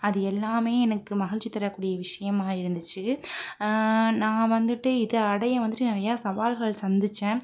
அது எல்லாமே எனக்கு மகிழ்ச்சி தரக்கூடிய விஷியமாக இருந்துச்சு நான் வந்துட்டு இதை அடைய வந்துட்டு நிறையா சவால்களை சந்தித்தேன்